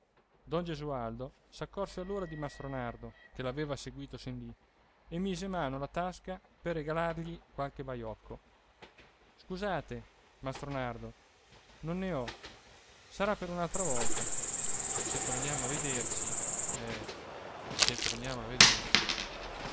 don gesualdo s'accorse allora di mastro nardo che l'aveva seguìto sin lì e mise mano alla tasca per regalargli qualche baiocco scusate mastro nardo non ne ho sarà per un'altra volta se torniamo a vederci eh se torniamo a vederci